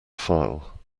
file